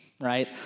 right